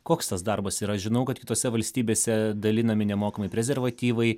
koks tas darbas yra aš žinau kad kitose valstybėse dalinami nemokamai prezervatyvai